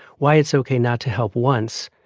why it's ok not to help once.